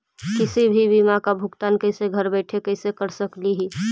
किसी भी बीमा का भुगतान कैसे घर बैठे कैसे कर स्कली ही?